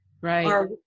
right